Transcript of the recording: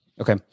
Okay